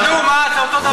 נו, מה, זה אותו דבר?